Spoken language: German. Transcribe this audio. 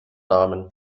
namen